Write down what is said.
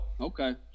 okay